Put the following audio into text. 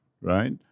right